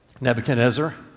Nebuchadnezzar